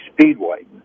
Speedway